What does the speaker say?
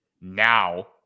now